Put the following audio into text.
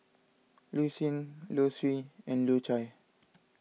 Lucien Lucien and Low Chye